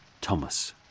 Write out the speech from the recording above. Thomas